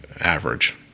average